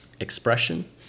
expression